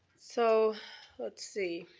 so let's see.